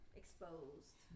exposed